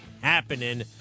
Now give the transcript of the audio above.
happening